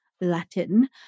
Latin